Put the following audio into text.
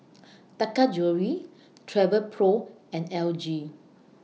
Taka Jewelry Travelpro and L G